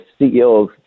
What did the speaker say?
ceo